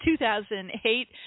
2008